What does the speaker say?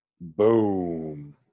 Boom